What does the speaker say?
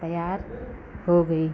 तैयार हो गई